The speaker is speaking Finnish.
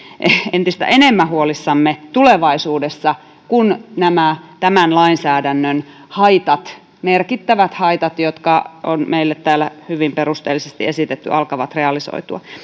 entistä enemmän huolissamme tulevaisuudessa kun nämä tämän lainsäädännön haitat merkittävät haitat jotka on meille täällä hyvin perusteellisesti esitetty alkavat realisoitua